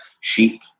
sheep